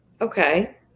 Okay